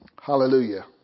Hallelujah